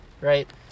right